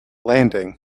landing